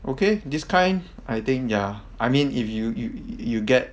okay this kind I think ya I mean if you yo~ you get